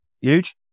Huge